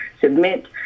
submit